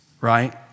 right